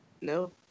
No